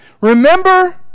Remember